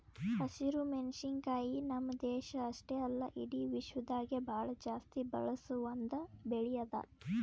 ಹಸಿರು ಮೆಣಸಿನಕಾಯಿ ನಮ್ಮ್ ದೇಶ ಅಷ್ಟೆ ಅಲ್ಲಾ ಇಡಿ ವಿಶ್ವದಾಗೆ ಭಾಳ ಜಾಸ್ತಿ ಬಳಸ ಒಂದ್ ಬೆಳಿ ಅದಾ